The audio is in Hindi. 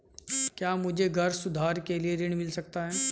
क्या मुझे घर सुधार के लिए ऋण मिल सकता है?